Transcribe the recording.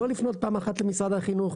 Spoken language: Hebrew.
לא לפנות פעם אחת למשרד החינוך,